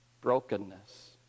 brokenness